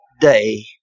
day